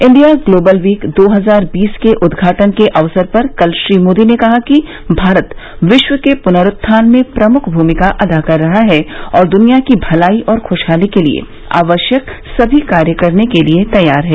India global week दो हजार बीस के उद्घाटन के अवसर पर कल श्री मोदी ने कहा कि भारत विश्व के पुनरुत्थान में प्रमुख भूमिका अदा कर रहा है और दुनिया की भलाई और खुशहाली के लिए आवश्यक समी कार्य करने के लिए तैयार है